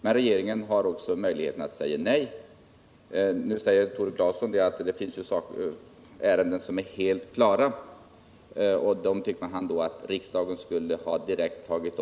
Men regeringen har också möjlighet att säga nej. Nu säger Tore Claeson att det finns ärenden som är helt klara, och han tycker att riksdagen då skulle ha tagit upp dem direkt.